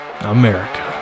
America